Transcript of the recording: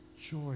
joy